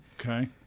Okay